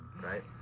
right